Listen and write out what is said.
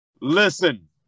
listen